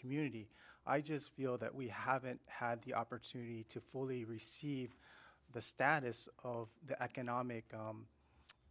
community i just feel that we haven't had the opportunity to fully receive the status of the economic